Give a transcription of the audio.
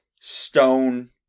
stone